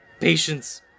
patience